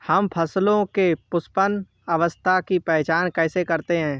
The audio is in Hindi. हम फसलों में पुष्पन अवस्था की पहचान कैसे करते हैं?